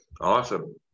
Awesome